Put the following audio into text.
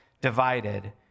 divided